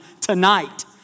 tonight